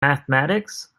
mathematics